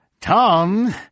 Tom